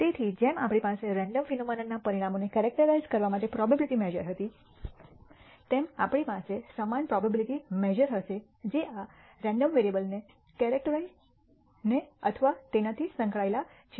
તેથી જેમ આપણી પાસે રેન્ડમ ફિનોમનનના પરિણામોને કેરક્ટરાઇજ઼ કરવા પ્રોબેબીલીટી મેશ઼ર હતી તેમ આપણી પાસે સમાન પ્રોબેબીલીટી મેશ઼ર હશે જે આ રેન્ડમ વેરીએબ્લસને કેરક્ટરાઇજ઼ ને અથવા તેનાથી સંકળાયેલ છે